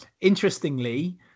interestingly